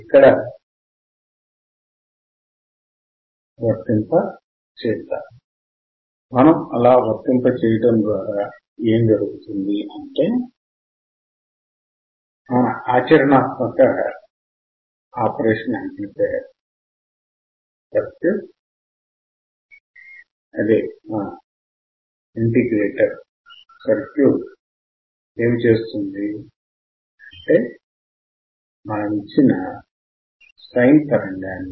ఇప్పుడు మనం input ని మారుద్దాం